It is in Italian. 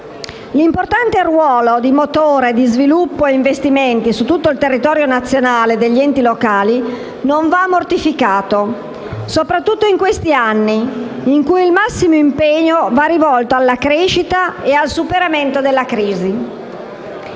L'importante ruolo di motore di sviluppo e investimenti su tutto il territorio nazionale degli enti locali non va mortificato, soprattutto in questi anni in cui il massimo impegno va rivolto alla crescita e al superamento della crisi.